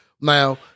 Now